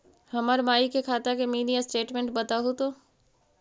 हमर माई के खाता के मीनी स्टेटमेंट बतहु तो?